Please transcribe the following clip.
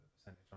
Percentage